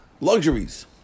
luxuries